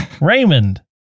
Raymond